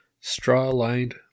straw-lined